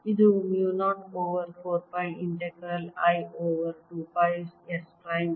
ಇದು mu 0 over 4 pi integral I over 2 pi S prime